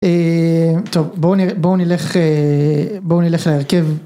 טוב בואו נלך... בואו נלך להרכב.